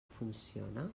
funciona